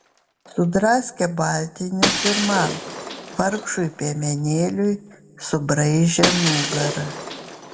sudraskė baltinius ir man vargšui piemenėliui subraižė nugarą